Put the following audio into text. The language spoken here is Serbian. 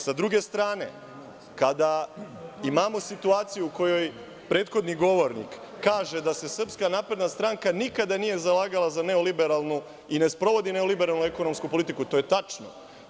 Sa druge strane, kada imamo situaciju u kojoj prethodni govornik kaže – da SNS nikada nije zalagala za neolibelarnu ekonomiju i ne sprovodi neliberalnu ekonomsku politiku, to je tačno.